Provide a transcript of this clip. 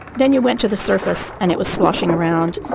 then you went to the surface and it was sloshing around,